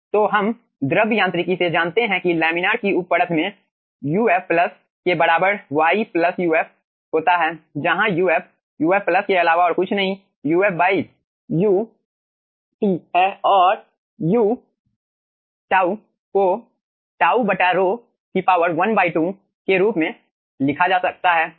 तो हम द्रव यांत्रिकी से जानते हैं कि लैमिनार की उप परत में uf के बराबर y uf होता है जहां uf uf के अलावा और कुछ नहीं uf uτ है और uτ को τ ρ 12 के रूप में लिखा जा सकता है